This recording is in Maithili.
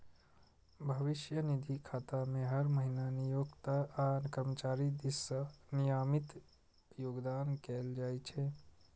भविष्य निधि खाता मे हर महीना नियोक्ता आ कर्मचारी दिस सं नियमित योगदान कैल जाइ छै